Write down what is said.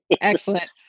Excellent